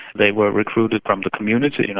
they were recruited from the community, you know